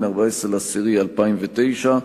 14 באוקטובר 2009,